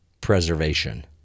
preservation